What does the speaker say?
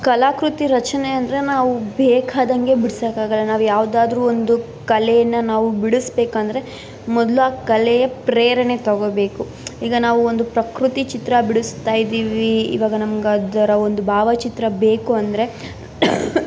ಕಲಾಕೃತಿ ರಚನೆ ಅಂದರೆ ನಾವು ಬೇಕಾದಂಗೆ ಬಿಡ್ಸೋಕ್ಕಾಗಲ್ಲ ನಾವು ಯಾವುದಾದ್ರೂ ಒಂದು ಕಲೆಯನ್ನು ನಾವು ಬಿಡಿಸ್ಬೇಕಂದ್ರೆ ಮೊದಲು ಆ ಕಲೆಯ ಪ್ರೇರಣೆ ತೊಗೋಬೇಕು ಈಗ ನಾವು ಒಂದು ಪ್ರಕೃತಿ ಚಿತ್ರ ಬಿಡಿಸ್ತಾ ಇದ್ದೀವಿ ಇವಾಗ ನಮಗದರ ಒಂದು ಭಾವಚಿತ್ರ ಬೇಕು ಅಂದರೆ